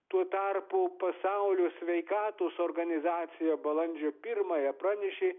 tuo tarpu pasaulio sveikatos organizacija balandžio pirmąją pranešė